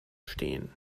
stehen